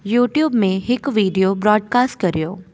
YouTube में हिकु video broadcast करियो